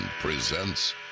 Presents